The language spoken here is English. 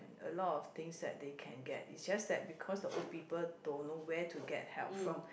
a lot of things that they can get it's just that because the old people don't know where to get help from